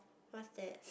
what's that